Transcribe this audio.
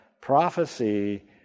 prophecy